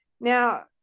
Now